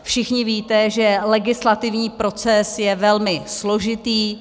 Všichni víte, že legislativní proces je velmi složitý.